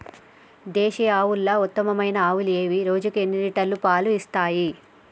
దేశీయ ఆవుల ఉత్తమమైన ఆవులు ఏవి? రోజుకు ఎన్ని లీటర్ల పాలు ఇస్తాయి?